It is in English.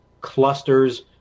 clusters